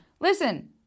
listen